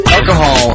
Alcohol